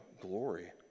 glory